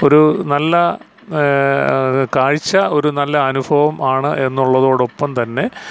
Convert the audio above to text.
ഒരു നല്ല കാഴ്ച ഒരു നല്ല അനുഭവം ആണ് എന്നുള്ളതോടൊപ്പം തന്നെ